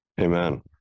amen